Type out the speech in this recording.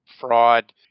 Fraud